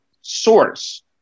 source